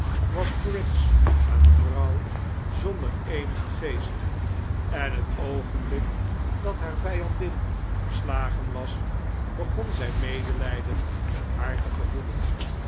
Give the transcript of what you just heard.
was briggs een vrouw zonder eenigen geest en het oogenblik dat haar vijandin verslagen was begon zij medelijden met haar te gevoelen